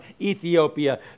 Ethiopia